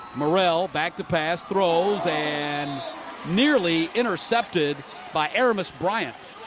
morrell back to pass, throws. and nearly intercepted by um bryant.